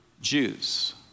Jews